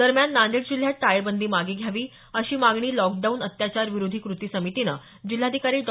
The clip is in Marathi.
दरम्यान नांदेड जिल्ह्यात टाळेबंदी मागे घ्यावी अशी मागणी लॉकडाऊन अत्याचार विरोधी कृती समितीनं जिल्हाधिकारी डॉ